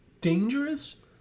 dangerous